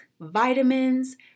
vitamins